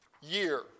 year